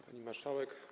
Pani Marszałek!